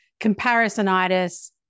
comparisonitis